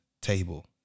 table